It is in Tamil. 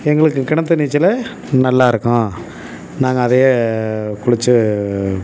எங்களுக்குக் கிணத்து நீச்சலே நல்லாயிருக்கும் நாங்கள் அதையே குளிச்சு